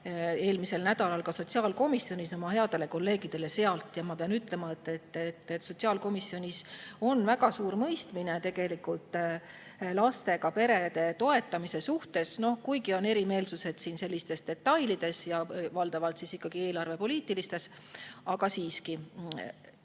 eelmisel nädalal ka sotsiaalkomisjonis oma headele kolleegidele seal. Ma pean ütlema, et sotsiaalkomisjonis on väga suur mõistmine lastega perede toetamise suhtes. Kuigi on erimeelsused detailides, ja valdavalt ikkagi eelarvepoliitilistes, aga siiski